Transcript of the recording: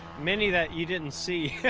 many that you didn't see.